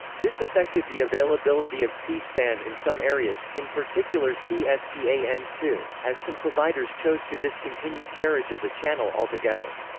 this affected the availability of c-span in some areas, in particular c s p a n two, as some providers chose to discontinue carriage of the channel altogether.